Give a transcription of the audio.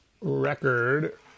record